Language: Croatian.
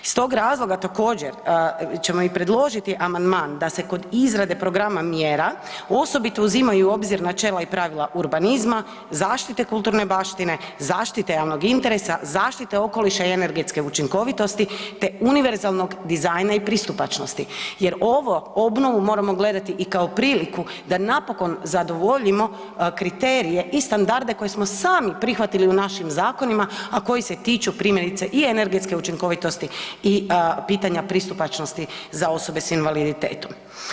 Iz tog razloga također ćemo i predložiti amandman da se kod izrade programa mjera osobito uzimaju u obzir načela i pravila urbanizma, zaštite kulturne baštine, zaštite javnog interesa, zaštite okoliša i energetske učinkovitosti, te univerzalnog dizajna i pristupačnosti jer ovo, obnovu moramo gledati i kao priliku da napokon zadovoljimo kriterije i standarde koje smo sami prihvatili u našim zakonima, a koji se tiču primjerice i energetske učinkovitosti i pitanja pristupačnosti za osobe s invaliditetom.